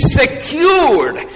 secured